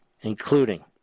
including